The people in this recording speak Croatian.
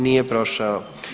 Nije prošao.